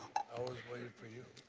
i was waiting for you.